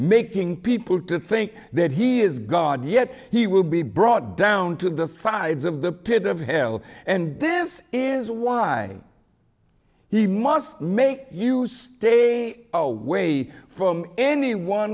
making people to think that he is god yet he will be brought down to the sides of the pit of hell and this is why he must make you stay away from anyone